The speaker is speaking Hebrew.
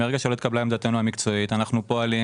מרגע שלא התקבלה עמדתנו המקצועית אנחנו פועלים